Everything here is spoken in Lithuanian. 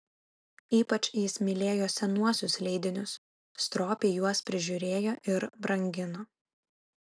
ypač jis mylėjo senuosius leidinius stropiai juos prižiūrėjo ir brangino